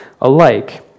alike